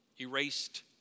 erased